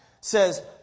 says